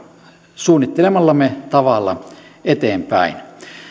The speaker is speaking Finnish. suunnittelemallamme tavalla eteenpäin